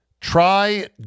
Try